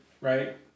right